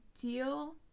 deal